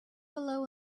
below